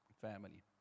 family